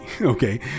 Okay